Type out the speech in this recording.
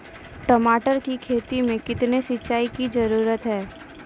टमाटर की खेती मे कितने सिंचाई की जरूरत हैं?